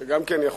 זה גם יכול לסייע.